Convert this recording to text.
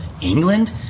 England